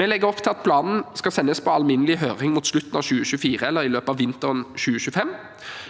Vi legger opp til at planen skal sendes på alminnelig høring mot slutten av 2024 eller i løpet av vinteren 2025.